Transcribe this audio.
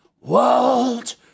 world